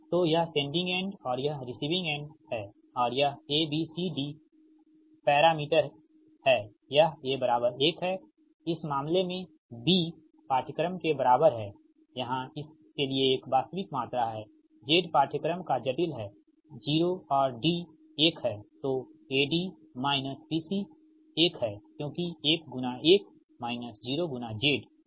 तो यह sending end और यह रिसीविंग एंड है और यह A B C D parameter यह A 1 है इस मामले में B पाठ्यक्रम के बराबर है यहां इस के लिए एक वास्तविक मात्रा है Z पाठ्यक्रम का जटिल है 0 और डी 1 है तो AD BC 1 है क्योंकि 1 1 0 Z